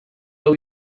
lau